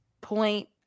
point